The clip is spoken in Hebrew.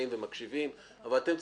האירוע שקורה פה בחקיקה,